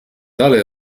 tale